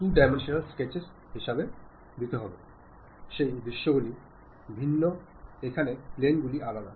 ജീവിതത്തിന്റെ ഓരോ ഘട്ടത്തിലും ഞാൻ നേരത്തെ പറഞ്ഞതുപോലെ ആശയവിനിമയ കഴിവുകൾ പ്രധാനമാണ്